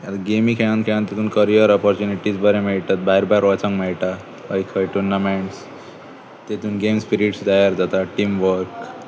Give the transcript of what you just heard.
आतां गेमी खेळून खेळून तातूंत करियर ऑपर्च्युनिटीज बरे मेळटात भायर भायर वचूंक मेळटा खंय खंय टुर्नामेंट्स तातूंत गेम स्पिरिट्स तयार जाता टिम वर्क